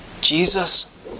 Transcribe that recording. Jesus